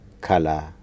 color